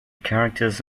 characters